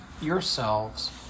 yourselves